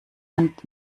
hand